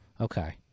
Okay